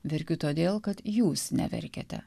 verkiu todėl kad jūs neverkiate